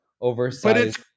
oversized